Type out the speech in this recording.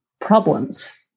problems